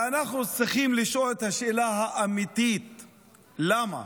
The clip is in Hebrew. ואנחנו צריכים לשאול את השאלה האמיתית, למה.